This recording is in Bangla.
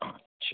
আচ্ছা